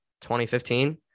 2015